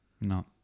No